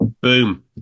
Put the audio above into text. Boom